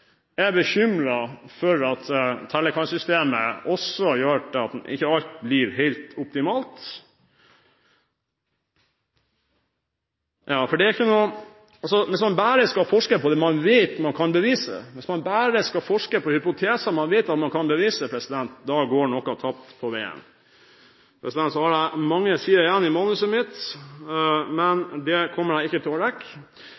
Fremskrittspartiet, er bekymret for at tellekantsystemet også gjør at ikke alt blir helt optimalt. Hvis man bare skal forske på det man vet man kan bevise, hvis man bare skal forske på hypoteser man vet at man kan bevise, går noe tapt på veien. Jeg har mange sider igjen i